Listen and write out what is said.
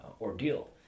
ordeal